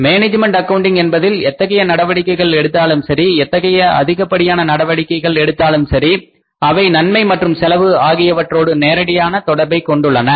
management accounting என்பதில் எத்தகைய நடவடிக்கைகள் எடுத்தாலும் சரி எத்தகைய அதிகப்படியான நடவடிக்கைகள் எடுத்தாலும் சரி அவை நன்மை மற்றும் செலவு ஆகியவற்றோடு நேரடியான தொடர்பை கொண்டுள்ளன